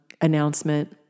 announcement